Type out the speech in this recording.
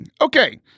Okay